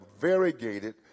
variegated